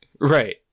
Right